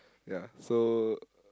ya so